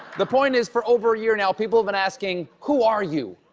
the point, is for over a year, now, people have been asking, who are you?